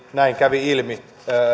näin kävi ilmi